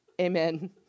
Amen